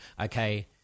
Okay